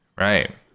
right